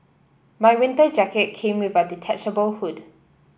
my winter jacket came with a detachable hood